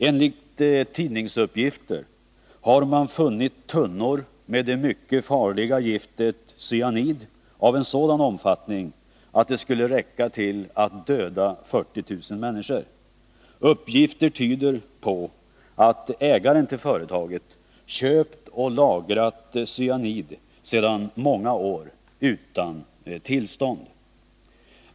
Enligt tidningsuppgifter har man funnit tunnor med det mycket farliga giftet cyanid av en sådan omfattning att det skulle räcka att döda 40 000 människor. Uppgifter tyder på att ägaren till företaget köpt och lagrat cyanid sedan många år tillbaka utan tillstånd.